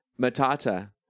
Matata